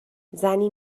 زنی